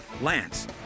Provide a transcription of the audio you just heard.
Lance